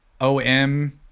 OM